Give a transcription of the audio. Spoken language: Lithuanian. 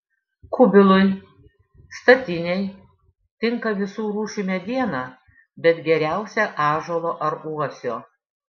kubilui statinei tinka visų rūšių mediena bet geriausia ąžuolo ar uosio